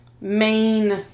main